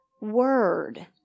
word